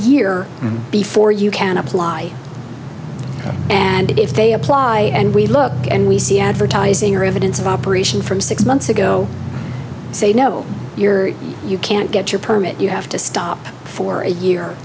year before you can apply and if they apply and we look and we see advertising or evidence of operation from six months ago say no you're you can't get your permit you have to stop for a year